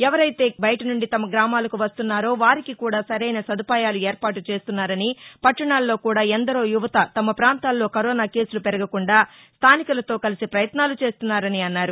ఎవరైతే బయట నుండి తమ గ్రామాలకు వస్తున్నారో వారికి కూడా సరైన సదుపాయాలు ఏర్పాటు చేస్తున్నారని పట్టణాల్లో కూడా ఎందరో యువత తమ ప్రాంతాల్లో కరోనా కేసులు పెరగకుండా స్టానికులతో కలిసి పయత్నాలు చేస్తున్నారని అన్నారు